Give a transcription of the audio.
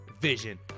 Vision